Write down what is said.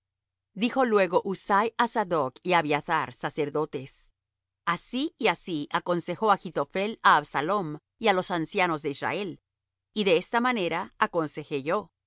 dijo luego husai á sadoc y á abiathar sacerdotes así y así aconsejó achitophel á absalom y á los ancianos de israel y de esta manera aconsejé yo por